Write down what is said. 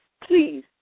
please